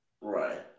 Right